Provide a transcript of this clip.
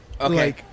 okay